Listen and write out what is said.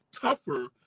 tougher